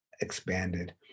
expanded